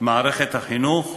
מערכת החינוך,